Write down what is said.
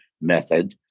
method